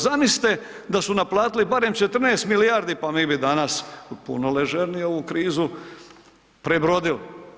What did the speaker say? Zamislite da su naplatili barem 14 milijardi, pa mi bi danas puno ležernije ovu krizu prebrodili.